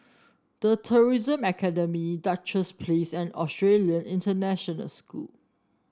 The Tourism Academy Duchess Place and Australian International School